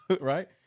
Right